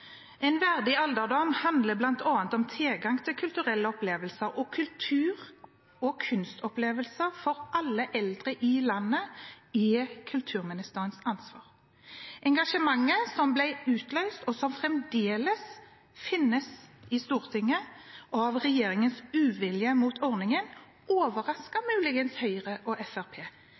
tilgang til kulturelle opplevelser, og kultur- og kunstopplevelser for alle eldre i landet er kulturministerens ansvar. Engasjementet som ble utløst – og som fremdeles finnes i Stortinget – av regjeringens uvilje mot ordningen, overrasket muligens Høyre og